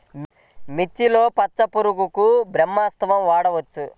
మిర్చిలో పచ్చ పురుగునకు బ్రహ్మాస్త్రం వాడవచ్చా?